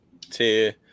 tier